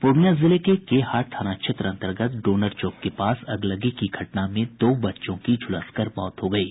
पूर्णिया जिले के के हाट थाना क्षेत्र अंतर्गत डोनर चौक के पास अगलगी की घटना में दो बच्चों की झुलसकर मौत हो गयी